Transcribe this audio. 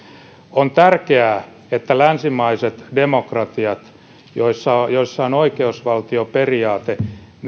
on tärkeää että länsimaiset demokratiat joissa joissa on oikeusvaltioperiaate